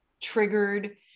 triggered